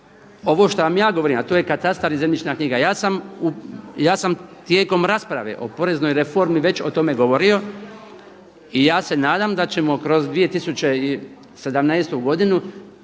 ovo što vam ja govorim a to je katastar i zemljišna knjiga. Ja sam tijekom rasprave o poreznoj reformi već o tome govorio i ja se nadam da ćemo kroz 2017. godinu